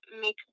make